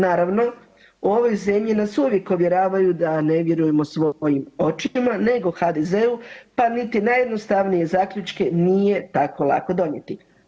Naravno u ovoj zemlji nas uvijek uvjeravaju da ne vjerujemo svojim očima, nego HDZ-u, pa niti najjednostavnije zaključke nije tako lako donijeti.